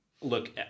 Look